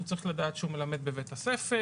הוא צריך לדעת שהוא מלמד בבית הספר,